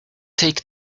take